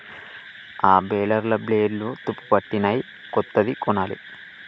ఆ బేలర్ల బ్లేడ్లు తుప్పుపట్టినయ్, కొత్తది కొనాలి